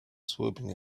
swooping